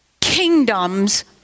kingdom's